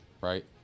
right